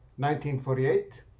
1948